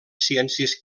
ciències